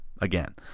again